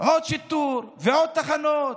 עוד שיטור ועוד תחנות,